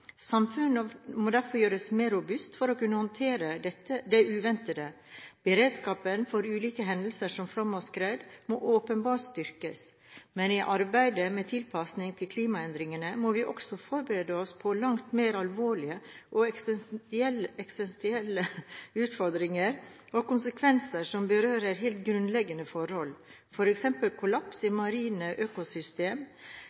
Samfunnet må derfor gjøres mer robust for å kunne håndtere det uventede. Beredskapen for ulike hendelser som flom og skred må åpenbart styrkes, men i arbeidet med tilpasning til klimaendringene må vi også forberede oss på langt mer alvorlige og eksistensielle utfordringer og konsekvenser som berører helt grunnleggende forhold, f.eks. kollaps i